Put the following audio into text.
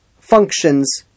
functions